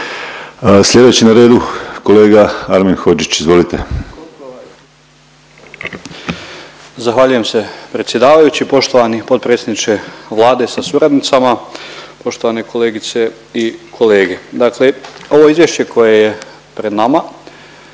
Slijedeći na redu kolega Armin Hodžić. Izvolite. **Hodžić, Armin (Nezavisni)** Zahvaljujem se predsjedavajući. Poštovani potpredsjedniče Vlade sa suradnicama, poštovane kolegice i kolege. Dakle ovo izvješće koje je pred nama,